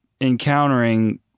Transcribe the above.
encountering